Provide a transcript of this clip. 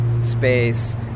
space